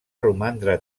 romandre